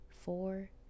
four